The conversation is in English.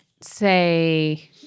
say